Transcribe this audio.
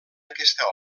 aquesta